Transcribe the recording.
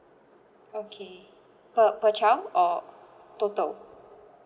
okay per per child or total